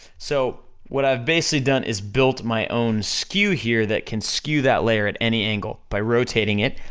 so, what i've basically done is built my own skew here that can skew that layer at any angle, by rotating it,